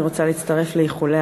אני רוצה להצטרף לאיחולי